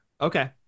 Okay